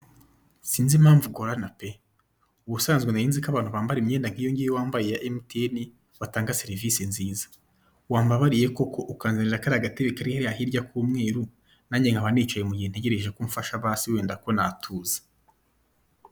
Sinzi impamvu ugorana pe! ubusanzwe nari nzi ko abantu bambara imyenda nk'iyo ngiyo wambaye ya emutiyeni batanga serivise nziza, wambabariye koko ukanzanira kariya gatebe kari hariya hirya k'umweru nange nkaba nicaye mu gihe ntegereje ko umfasha basi wenda ko natuza?